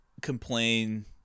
complain